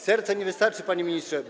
Serce nie wystarczy, panie ministrze.